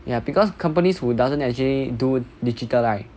ya because companies who doesn't actually do digital like